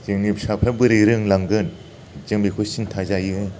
जोंनि फिसाफ्रा बोरै रोंलांगोन जों बेखौ सिनथा जायो